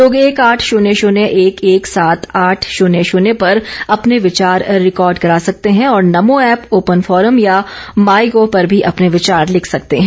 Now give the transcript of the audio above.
लोग एक आठ शन्य शन्य एक एक सात आठ शून्य शून्य पर अपने विचार रिकॉर्ड करा सकते हैं और नमो ऐप ओपन फोरम या माई गोव पर भी अपने विचार लिख सकते हैं